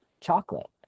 chocolate